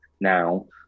now